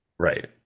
right